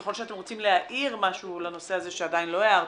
ככל שאתם רוצים להעיר משהו לנושא הזה שעדיין לא הערתם,